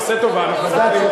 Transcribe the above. עשה טובה, אנחנו רוצים, אז